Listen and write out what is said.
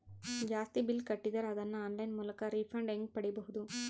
ಜಾಸ್ತಿ ಬಿಲ್ ಕಟ್ಟಿದರ ಅದನ್ನ ಆನ್ಲೈನ್ ಮೂಲಕ ರಿಫಂಡ ಹೆಂಗ್ ಪಡಿಬಹುದು?